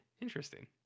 interesting